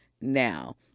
now